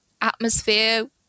atmosphere